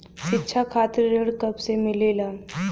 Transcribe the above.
शिक्षा खातिर ऋण कब से मिलेला?